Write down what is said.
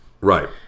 Right